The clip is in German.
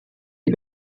die